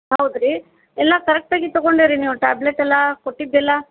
ಹೌದ್ ರೀ ಎಲ್ಲ ಕರೆಕ್ಟ್ ಆಗಿ ತೊಗೊಂಡರಿ ನೀವು ಟ್ಯಾಬ್ಲೆಟ್ ಎಲ್ಲ ಕೊಟ್ಟಿದ್ದೆಲ್ಲ